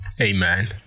Amen